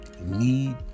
Need